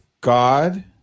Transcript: God